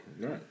Right